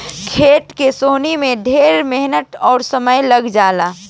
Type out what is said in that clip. खेत के सोहनी में ढेर मेहनत अउर समय लाग जला